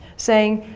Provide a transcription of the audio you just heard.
saying,